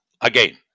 again